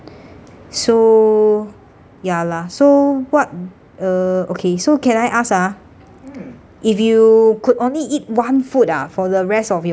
so ya lah so what uh okay so can I ask ah if you could only eat one food ah for the rest of your life